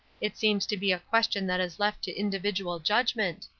it seems to be a question that is left to individual judgment.